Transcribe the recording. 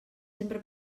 sempre